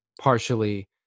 partially